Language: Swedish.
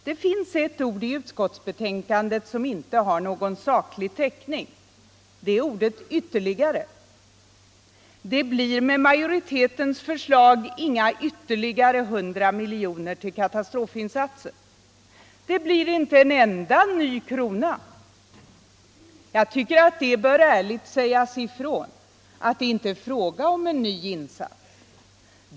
Det finns étt ord i utskottsbetänkandet som inte har någon saklig täckning. Det är ordet ”ytterligare”. Med majoritetens förslag blir det inga ytterligare 100 miljoner till katastrofinsatser. Det blir inte en enda ny krona. Jag tycker att det bör ärligt sägas ifrån att det inte är fråga om en ny insats.